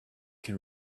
can